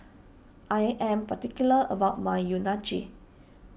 I am particular about my Unagi